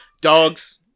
Dogs